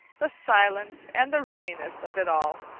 the silence and the roominess of it all,